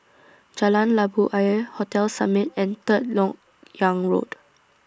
Jalan Labu Ayer Hotel Summit and Third Lok Yang Road